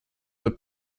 the